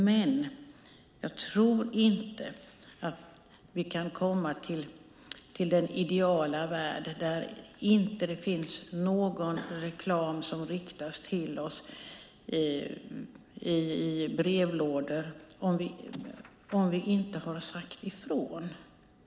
Men jag tror inte att vi kan komma till den ideala värld där det inte finns någon reklam som riktas till oss i brevlådor om vi inte har sagt ifrån.